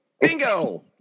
Bingo